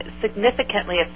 significantly